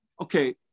okay